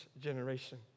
generation